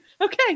Okay